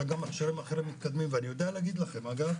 אלא גם מכשירים אחרים מתקדמים ואני יודע להגיד לכם אגב